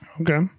Okay